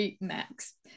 Max